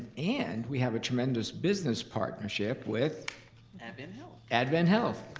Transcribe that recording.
and we have a tremendous business partnership with advent health. advent health.